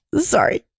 sorry